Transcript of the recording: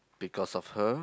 because of her